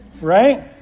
right